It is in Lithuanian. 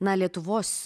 na lietuvos